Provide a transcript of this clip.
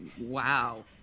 wow